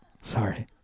Sorry